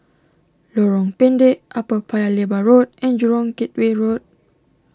Lorong Pendek Upper Paya Lebar Road and Jurong Gateway Road